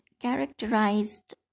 Characterized